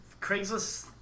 Craigslist